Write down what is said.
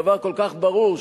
דבר כל כך ברור,